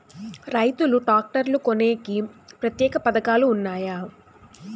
రైతులు ట్రాక్టర్లు కొనేకి ప్రత్యేక పథకాలు ఉన్నాయా?